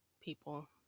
people